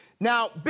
Now